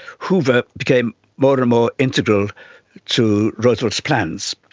hoover became more and more integral to roosevelt's plans.